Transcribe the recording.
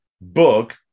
book